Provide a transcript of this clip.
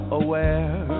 aware